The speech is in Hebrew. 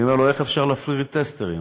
אני אומר לו: איך אפשר להפריט את הטסטרים?